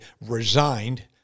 resigned